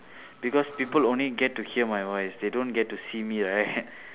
because people only get to hear my voice they don't get to see me right